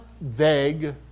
vague